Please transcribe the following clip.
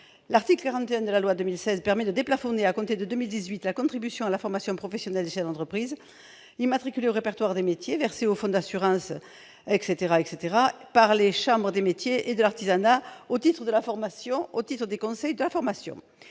article permet de déplafonner, à compter de 2018, la contribution à la formation professionnelle des chefs d'entreprise immatriculée au répertoire des métiers, versée au FAFCEA et aux chambres de métiers et de l'artisanat au titre des conseils de la formation.